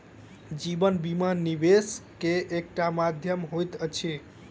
जीवन बीमा, निवेश के एकटा माध्यम होइत अछि